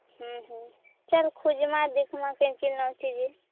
ହୁଁ ହୁଁ ଚାଲ ଖୁଜିମା ଦେଖ୍ମା କିନ କିନ ଅଛି ଯେ